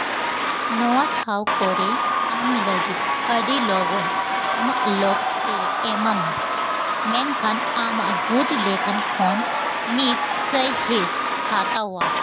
ᱱᱚᱣᱟ ᱴᱷᱟᱶ ᱠᱚᱨᱮ ᱟᱢ ᱞᱟᱹᱜᱤᱫ ᱟᱹᱰᱤ ᱞᱚᱜᱚᱱ ᱟᱢᱟᱜ ᱞᱟᱹᱜᱽᱛᱤ ᱮᱢᱟᱢᱟ ᱢᱮᱱᱠᱷᱟᱱ ᱟᱢᱟᱜ ᱜᱩᱴ ᱞᱮᱠᱟᱱ ᱠᱷᱚᱸᱰ ᱢᱤᱫ ᱥᱟᱹᱭ ᱦᱤᱸᱥ ᱦᱟᱛᱟᱣᱟ